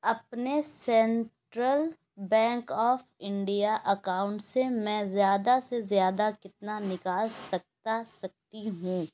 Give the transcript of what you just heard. اپنے Central Bank of India account سے میں زیادہ سے زیادہ کتنا نکال سکتا سکتی ہوں